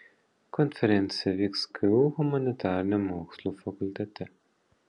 konferencija vyks ku humanitarinių mokslų fakultete